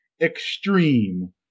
extreme